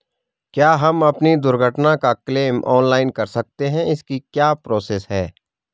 क्या हम अपनी दुर्घटना का क्लेम ऑनलाइन कर सकते हैं इसकी क्या प्रोसेस है?